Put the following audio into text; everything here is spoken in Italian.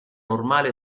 normali